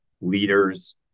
leaders